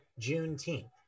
Juneteenth